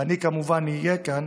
ואני כמובן אהיה כאן